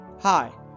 Hi